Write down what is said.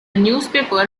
newspaper